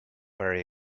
very